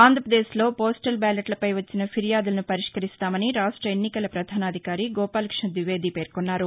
ఆంధ్రప్రదేశ్లో పోస్టల్ బ్యాలెట్లపై వచ్చిన ఫిర్యాదులను పరిష్కరిస్తామని రాష్ట ఎన్నికల పధానాధికారి గోపాల కృష్ణ ద్వివేది పేర్కొన్నారు